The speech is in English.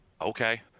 Okay